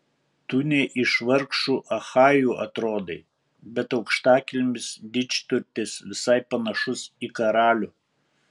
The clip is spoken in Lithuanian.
tu ne iš vargšų achajų atrodai bet aukštakilmis didžturtis visai panašus į karalių